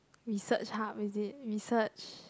research hub is it research